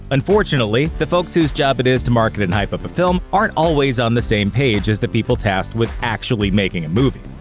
unfortunately, the folks whose job it is to market and hype up a film aren't always on the same page as the people tasked with actually making a movie.